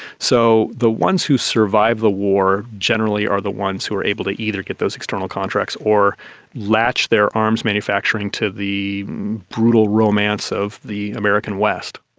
so the ones who survive the war generally are the ones who are able to either gets those external contracts or latch their arms manufacturing to the brutal romance romance of the american west.